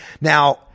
Now